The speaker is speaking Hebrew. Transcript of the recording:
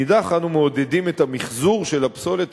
מצד שני אנו מעודדים את המיחזור של הפסולת